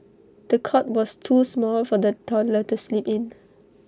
the cot was too small for the toddler to sleep in